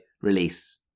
release